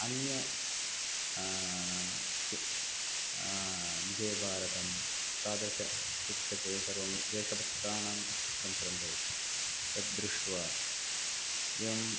अन्य पु विजयभारतं तादृशपुस्तके सर्वं देशभक्तानां चित्रं सर्वं भवति तद्दृष्ट्वा एवं